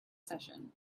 session